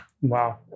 Wow